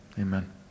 Amen